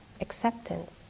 acceptance